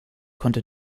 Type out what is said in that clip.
konnte